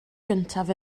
gyntaf